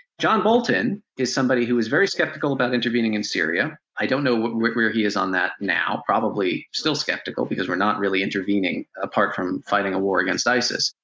john bolton is somebody who is very skeptical about intervening in syria, i don't know where he is on that now probably still skeptical because we're not really intervening apart from fighting a war against isis.